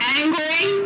angry